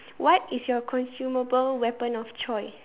what is your consumable weapon of choice